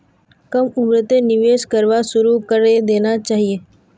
कम उम्रतें निवेश करवा शुरू करे देना चहिए